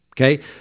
Okay